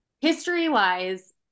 History-wise